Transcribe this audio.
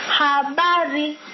habari